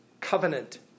covenant